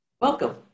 Welcome